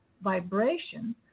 vibration